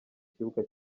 kibuga